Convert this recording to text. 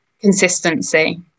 consistency